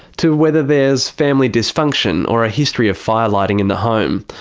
to whether there's family dysfunction or a history of fire-lighting in the home.